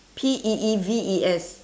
P E E V E S